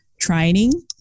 training